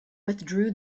withdrew